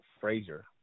Frazier